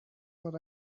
what